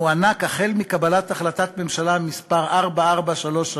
מוענק, החל מקבלת החלטת ממשלה מס' 4433,